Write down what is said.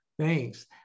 Thanks